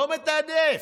לא מתעדף,